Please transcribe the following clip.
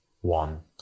one